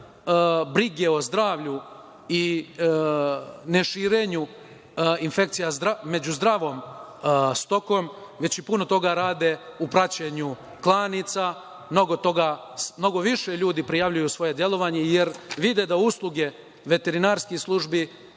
brige o zdravlju i ne širenju infekcija među zdravom stokom, već i puno toga rade u praćenju klanica. Mnogo više ljudi prijavljuje svoje delovanje, jer vide da usluge veterinarskih službi